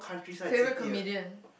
favourite comedian